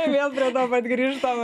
vėl prie to pat grįžtam